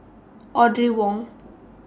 Audrey Wong